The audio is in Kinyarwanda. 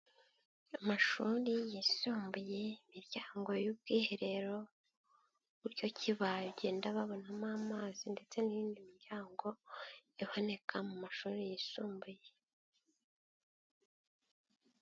Amashuri yisumbuye, imiryango y'ubwiherero, buryo ki bagenda babonamo amazi ndetse n'iyindi miryango iboneka mu mashuri yisumbuye.